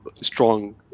strong